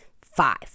Five